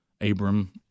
Abram